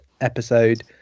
episode